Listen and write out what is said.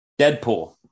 deadpool